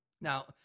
Now –